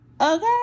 Okay